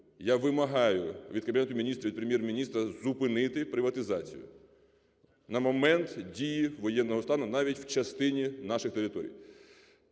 Я вимагаю від Кабінету Міністрів, від Прем’єр-міністра зупинити приватизацію на момент дії воєнного стану, навіть у частині наших територій.